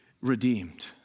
redeemed